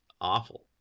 awful